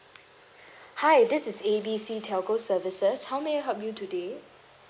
hi this is A B C telco services how may I help you today